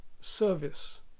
service